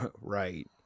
right